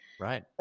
right